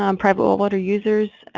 um private well water users?